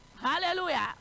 Hallelujah